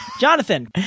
Jonathan